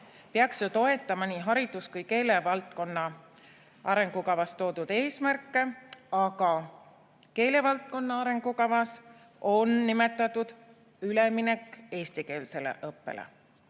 peaks ju toetama nii haridus‑ kui ka keelevaldkonna arengukavas toodud eesmärke, aga keelevaldkonna arengukavas on nimetatud üleminekut eestikeelsele õppele,